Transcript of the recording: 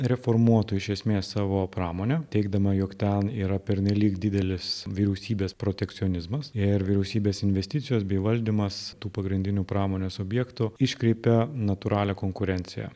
reformuotų iš esmės savo pramonę teigdama jog ten yra pernelyg didelis vyriausybės protekcionizmas ir vyriausybės investicijos bei valdymas tų pagrindinių pramonės objektų iškreipia natūralią konkurenciją